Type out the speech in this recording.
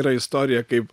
yra istorija kaip